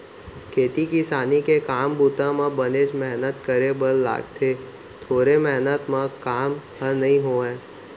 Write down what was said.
खेती किसानी के काम बूता म बनेच मेहनत करे बर लागथे थोरे मेहनत म काम ह नइ होवय